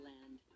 Land